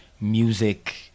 music